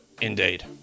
indeed